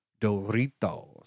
Doritos